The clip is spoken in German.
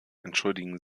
entschuldigen